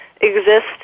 exist